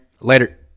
Later